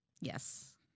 Yes